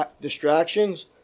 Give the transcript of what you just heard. distractions